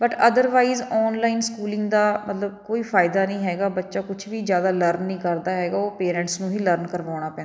but otherwise online schooling ਦਾ ਮਤਲਬ ਕੋਈ ਫਾਇਦਾ ਨਹੀਂ ਹੈਗਾ ਬੱਚਾ ਕੁਝ ਵੀ ਜ਼ਿਆਦਾ ਲਰਨ ਨਹੀਂ ਕਰਦਾ ਹੈਗਾ ਉਹ ਪੇਰੈਂਟਸ ਨੂੰ ਹੀ ਲਰਨ ਕਰਵਾਉਣਾ ਪੈਂਦਾ ਹੈ